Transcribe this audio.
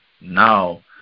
now